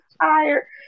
tired